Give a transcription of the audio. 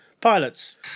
pilots